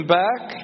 back